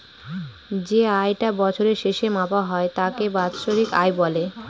যে আয় টা বছরের শেষে মাপা হয় তাকে বাৎসরিক আয় বলে